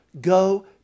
go